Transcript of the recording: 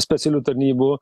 specialiųjų tarnybų